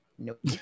Nope